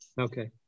Okay